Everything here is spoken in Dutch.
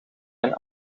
een